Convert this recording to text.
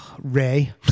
Ray